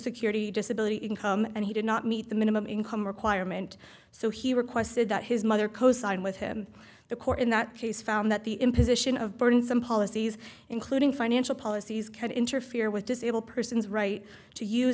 security disability income and he did not meet the minimum income requirement so he requested that his mother cosign with him the court in that case found that the imposition of burdensome policies including financial policies could interfere with disabled persons right to use